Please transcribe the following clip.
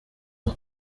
aha